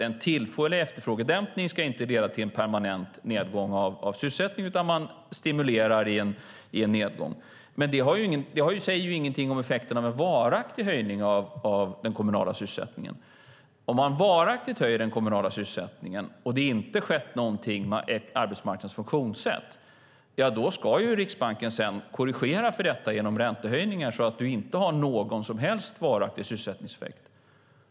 En tillfällig efterfrågedämpning ska inte leda till en permanent nedgång i sysselsättningen, utan man stimulerar i en nedgång. Men det säger ingenting om effekterna av en varaktig höjning av den kommunala sysselsättningen. Om man varaktigt höjer den kommunala sysselsättningen och det inte har skett någonting i arbetsmarknadens funktionssätt ska Riksbanken sedan korrigera för detta genom räntehöjningar, så att det inte får någon som helst varaktig sysselsättningseffekt.